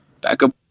backup